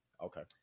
Okay